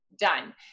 done